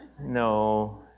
No